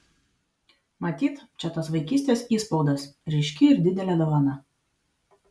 matyt čia tas vaikystės įspaudas ryški ir didelė dovana